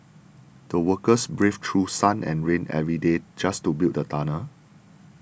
the workers braved through sun and rain every day just to build the tunnel